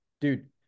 Dude